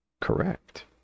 Correct